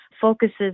focuses